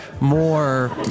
more